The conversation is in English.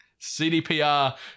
CDPR